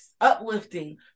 uplifting